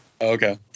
okay